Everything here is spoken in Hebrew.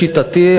לשיטתי,